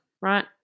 right